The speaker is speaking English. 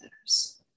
others